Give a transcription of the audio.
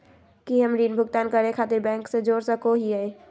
की हम ऋण भुगतान करे खातिर बैंक से जोड़ सको हियै?